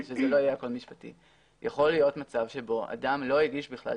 יכול להיות מצב שבו אדם לא הגיש תצהיר.